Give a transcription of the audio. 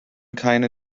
keiner